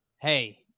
hey